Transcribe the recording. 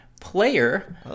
player